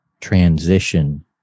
transition